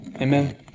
Amen